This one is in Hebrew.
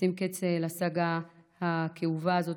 נשים קץ לסאגה הכאובה הזאת.